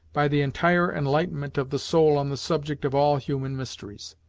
by the entire enlightenment of the soul on the subject of all human mysteries.